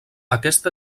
aquest